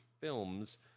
Films